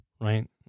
right